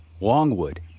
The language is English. Longwood